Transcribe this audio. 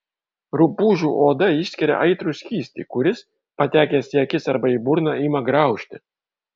rupūžių oda išskiria aitrų skystį kuris patekęs į akis arba į burną ima graužti